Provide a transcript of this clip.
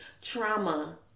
trauma